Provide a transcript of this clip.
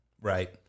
right